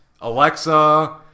Alexa